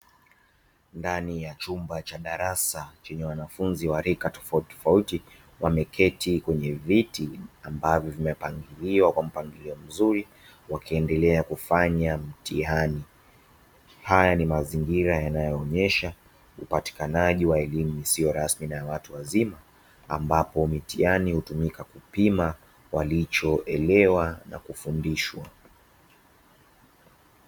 Ndani ya chumba cha darasa chenye wanafunzi wa rika tofautitofauti, wameketi kwenye vitu ambavyo vimepangiliwa kwa mpangilio mzuri wakiendelea kufanya mtihani. Haya ni mazingira yanayoonyesha upatikanaji wa elimu isiyo rasmi na ya watu wazima, ambapo mitihani hutumika kupima walichoelewa na kufundishwa.